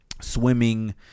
swimming